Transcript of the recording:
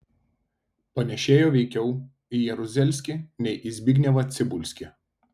panėšėjo veikiau į jeruzelskį nei į zbignevą cibulskį